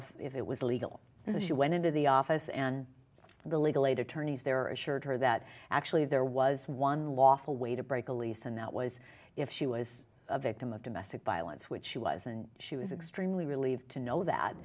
if it was legal so she went into the office and the legal aid attorneys there are assured her that actually there was one lawful way to break the lease and that was if she was a victim of domestic violence which she was and she was extremely relieved to know that